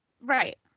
Right